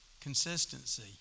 Consistency